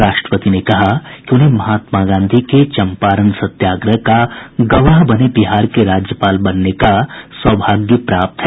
राष्ट्रपति ने कहा कि उन्हें महात्मा गांधी के चंपारण सत्याग्रह का गवाह बने बिहार के राज्यपाल बनने का सौभाग्य भी प्राप्त है